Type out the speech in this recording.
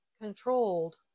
controlled